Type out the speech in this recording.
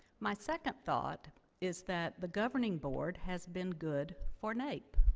my second thought is that the governing board has been good for naep.